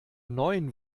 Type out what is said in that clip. neuen